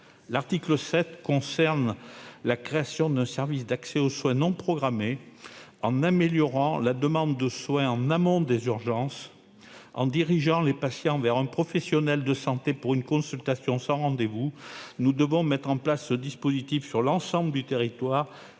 L'article 7 a pour objet la création d'un service d'accès aux soins non programmés qui aura pour tâche d'améliorer la demande de soins en amont des urgences, et de diriger les patients vers un professionnel de santé pour une consultation sans rendez-vous. Nous devons mettre en place ce dispositif sur l'ensemble du territoire.